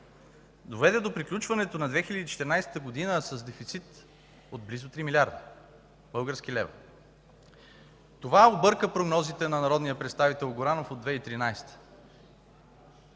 доведе до приключването на 2014 г. с дефицит от близо 3 млрд. български лева. Това обърка прогнозите на народния представител Горанов от 2013-а